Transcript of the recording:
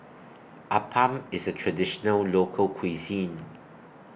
Appam IS A Traditional Local Cuisine